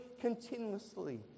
continuously